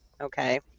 Okay